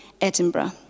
Edinburgh